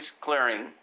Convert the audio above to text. Clearing